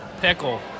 Pickle